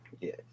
Yes